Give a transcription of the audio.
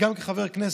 גם כחבר כנסת,